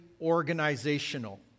organizational